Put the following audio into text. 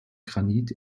granit